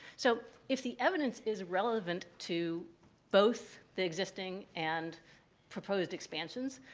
so if the evidence is relevant to both the existing and proposed expansions,